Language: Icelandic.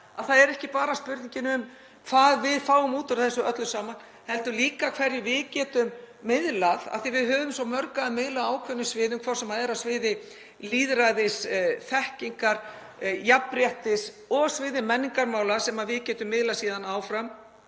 það er ekki bara spurningin um hvað við fáum út úr þessu öllu saman heldur líka hverju við getum miðlað, af því að við höfum svo mörgu að miðla á ákveðnum sviðum, hvort sem er á sviði lýðræðis, þekkingar, jafnréttis eða á sviði menningarmála; við getum síðan miðlað